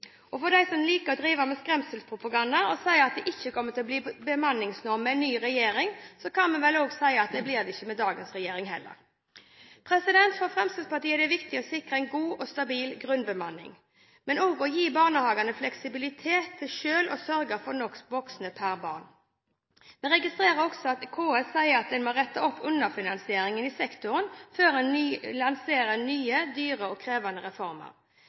For dem som liker å drive med skremselspropaganda og si at det ikke kommer til å bli bemanningsnorm med en ny regjering, kan vi vel også si at det blir det ikke med dagens regjering heller. For Fremskrittspartiet er det viktig å sikre en god og stabil grunnbemanning, men også å gi barnehagene fleksibilitet til selv å sørge for nok voksne per barn. Vi registrerer også at KS sier at en må rette opp underfinansieringen i sektoren før en lanserer nye, dyre og krevende reformer.